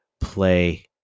play